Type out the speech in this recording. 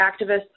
activists